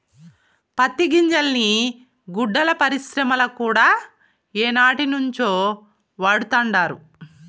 పత్తి గింజల్ని గుడ్డల పరిశ్రమల కూడా ఏనాటినుంచో వాడతండారు